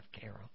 Carol